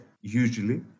usually